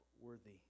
worthy